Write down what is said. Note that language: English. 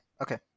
okay